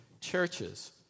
churches